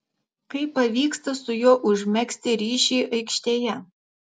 kaip pavyksta su juo užmegzti ryšį aikštėje